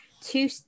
two